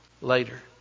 later